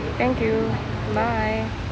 thank you bye